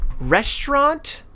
restaurant